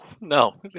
no